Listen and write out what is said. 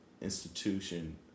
institution